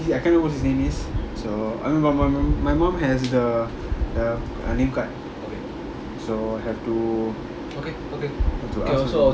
ya I know exactly he he I can't what his name is so I mean but my mom has the the the name card so have to have to ask